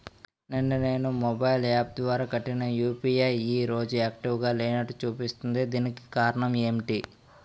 నిన్న నేను mobile app ద్వారా కట్టిన యు.పి.ఐ ఈ రోజు యాక్టివ్ గా లేనట్టు చూపిస్తుంది దీనికి కారణం ఏమిటి?